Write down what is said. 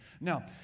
Now